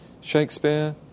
Shakespeare